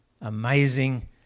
amazing